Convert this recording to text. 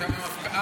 עכשיו המפכ"ל.